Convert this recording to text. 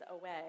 away